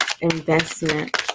investment